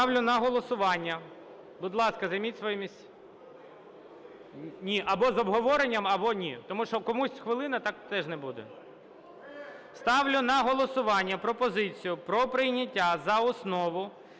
Ставлю на голосування пропозицію про прийняття в цілому